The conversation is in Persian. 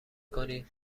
کنی